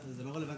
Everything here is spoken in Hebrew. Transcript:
לא,